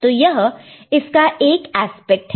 तो यह इसका एक एस्पेक्ट है